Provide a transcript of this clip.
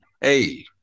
hey